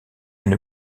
une